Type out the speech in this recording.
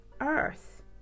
earth